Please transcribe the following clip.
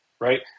right